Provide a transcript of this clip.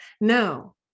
No